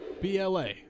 BLA